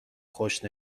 خوش